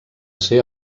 ser